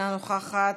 אינה נוכחת,